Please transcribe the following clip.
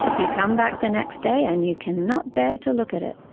you come back the next day and you cannot bear to look at it.